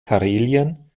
karelien